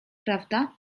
prawda